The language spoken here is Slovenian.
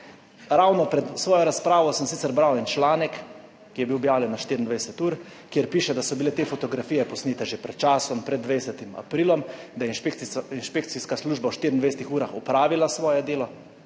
Ravno pred svojo razpravo sem sicer bral en članek, ki je bil objavljen na 24UR, kjer piše, da so bile te fotografije posnete že pred časom, pred 20. aprilom, da je inšpekcijska služba v 24. urah opravila svoje delo,